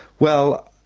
well,